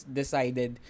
decided